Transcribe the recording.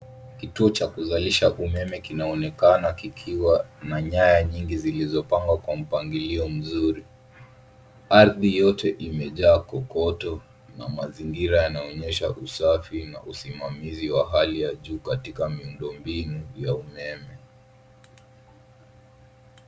Kituo cha kuzalisha umeme kinaonekana kikiwa na nyaya nyingi zilizopangwa kwa mpangilio mzuri. Ardhi yote imejaa kokoto na mazingira yanaonyesha usafi na usimamizi wa hali ya juu katika miundombinu ya umeme.